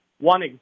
one